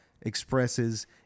expresses